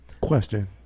Question